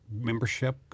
membership